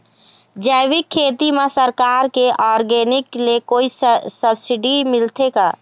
जैविक खेती म सरकार के ऑर्गेनिक ले कोई सब्सिडी मिलथे का?